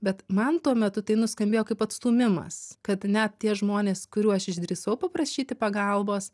bet man tuo metu tai nuskambėjo kaip atstūmimas kad net tie žmonės kurių aš išdrįsau paprašyti pagalbos